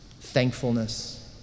Thankfulness